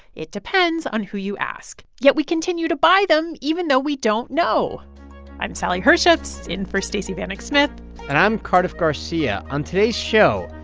it depends on who you ask, yet we continue to buy them, even though we don't know i'm sally herships, in for stacey vanek smith and i'm cardiff garcia. on today's show,